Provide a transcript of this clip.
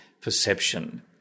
perception